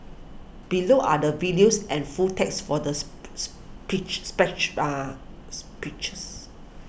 below are the videos and full text for the speech are speeches